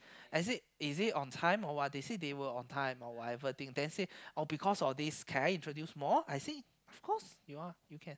I said is it on time or what they said they were on time or whatever I think then say oh because of this can I introduce more I say of course you are you can